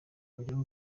buryo